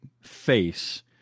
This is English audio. face